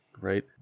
right